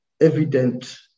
evident